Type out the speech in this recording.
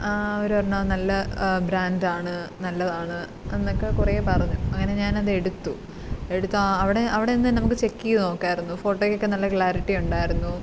അവര് പറഞ്ഞു അത് നല്ല ബ്രാൻഡാണ് നല്ലതാണ് എന്നക്കെ കുറേ പറഞ്ഞു അങ്ങനെ ഞാനതെടുത്തു എടുത്താല് അവിടെ അവടെനിന്നു തന്നെ നമുക്ക് ചെക്ക്യ്ത് നോക്കാമായിരുന്നു ഫോട്ടോയ്ക്കൊക്കെ നല്ല ക്ലാരിറ്റിയുണ്ടായിരുന്നു